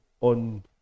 on